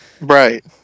right